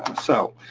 so,